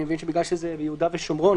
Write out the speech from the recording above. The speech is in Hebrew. אני מבין שזה ביהודה ושומרון,